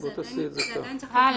-- תעשי את זה ככה.